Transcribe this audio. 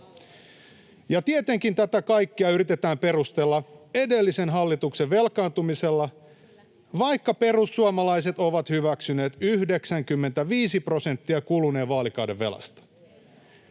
Ja tietenkin tätä kaikkea yritetään perustella edellisen hallituksen velkaantumisella, vaikka perussuomalaiset ovat hyväksyneet 95 prosenttia kuluneen vaalikauden velasta.